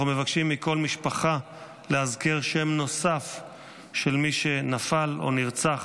אנחנו מבקשים מכל משפחה להזכיר שם נוסף של מי שנפל או נרצח